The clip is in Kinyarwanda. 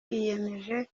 yiyemeje